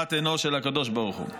בבת עינו של הקדוש ברוך הוא.